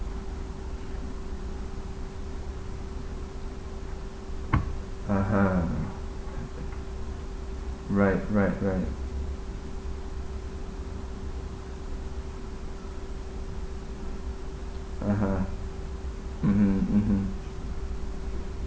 (uh huh) right right right (uh huh) mmhmm mmhmm